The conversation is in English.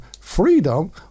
freedom